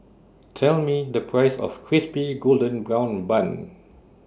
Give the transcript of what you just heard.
Tell Me The Price of Crispy Golden Brown Bun